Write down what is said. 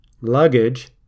luggage